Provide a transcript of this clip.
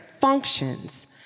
functions